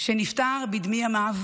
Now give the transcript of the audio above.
שנפטר בדמי ימיו,